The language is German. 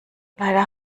leider